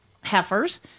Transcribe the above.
heifers